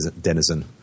denizen